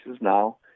now